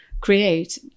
create